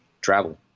travel